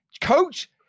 Coach